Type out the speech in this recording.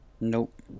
Nope